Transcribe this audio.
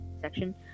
section